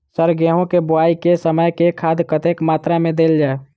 Sir गेंहूँ केँ बोवाई केँ समय केँ खाद कतेक मात्रा मे देल जाएँ?